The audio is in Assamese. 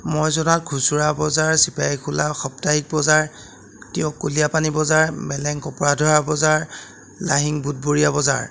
মই জনা খুচুৰা বজাৰ চিপাহী খোলা সাপ্তাহিক বজাৰ টিয়ক কলীয়াপানী বজাৰ মেলেং কপৰাধৰা বজাৰ লাহিং বুধবৰীয়া বজাৰ